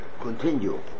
continue